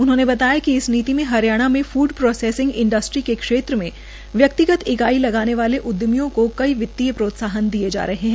उन्होंने बताया कि इस नीति में हरियाणा में फूड प्रोसैसिंग इंडस्ट्री के क्षेत्र में व्यक्तिगत इकाई लगाने वाले उद्यमियों को कई वित्तीय प्रोत्साहन दिए जा रहे है